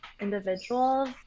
individuals